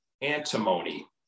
antimony